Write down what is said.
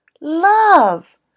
Love